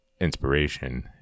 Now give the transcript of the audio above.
inspiration